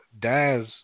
Daz